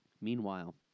Meanwhile